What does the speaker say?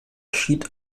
schied